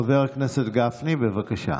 חבר הכנסת גפני, בבקשה.